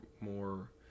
more